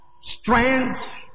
Strength